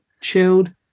Chilled